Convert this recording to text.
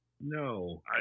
No